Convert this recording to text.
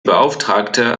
beauftragte